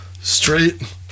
straight